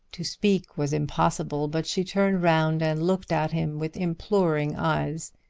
to speak was impossible, but she turned round and looked at him with imploring eyes.